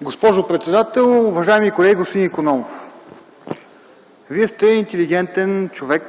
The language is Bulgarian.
Госпожо председател, уважаеми колеги! Господин Икономов, Вие сте интелигентен човек